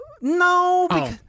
No